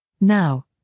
Now